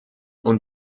und